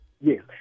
Yes